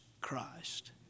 Christ